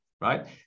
Right